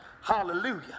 hallelujah